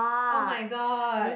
oh-my-god